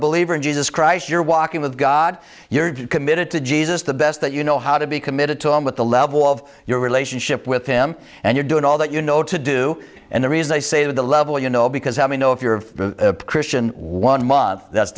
believer in jesus christ you're walking with god you're committed to jesus the best that you know how to be committed to him with the level of your relationship with him and you're doing all that you know to do and the reason i say that the level you know because i know if you're of a christian one month that's